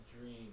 dream